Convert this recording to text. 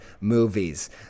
movies